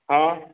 ହଁ